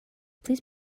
please